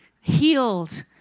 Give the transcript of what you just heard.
healed